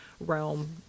realm